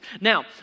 Now